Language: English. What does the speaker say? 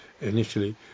initially